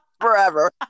Forever